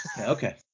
Okay